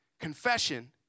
Confession